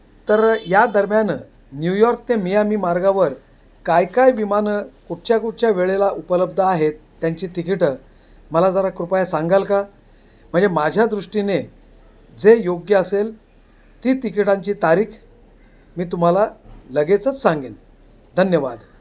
तर या दरम्यान न्यूयॉर्क ते मियामी मार्गावर काय काय विमानं कुठच्या कुठच्या वेळेला उपलब्ध आहेत त्यांची तिकिटं मला जरा कृपया सांगाल का म्हणजे माझ्या दृष्टीने जे योग्य असेल ती तिकिटांची तारीख मी तुम्हाला लगेचच सांगेन धन्यवाद